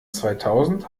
zweitausend